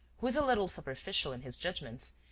who is a little superficial in his judgments,